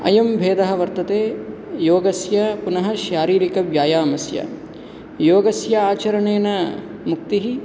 अयं भेदः वर्तते योगस्य पुनः शारीरिकव्यायामस्य योगस्य आचरनेण मुक्तिः